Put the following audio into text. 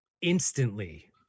instantly